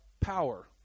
power